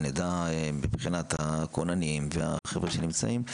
שנדע מבחינת הכוננים והחבר'ה שנמצאים,